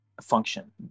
function